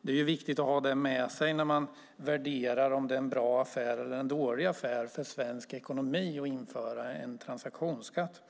Det är viktigt att ha det med sig när man värderar om det är en bra eller dålig affär för svensk ekonomi att införa en transaktionsskatt.